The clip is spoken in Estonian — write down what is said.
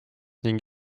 ning